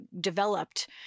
developed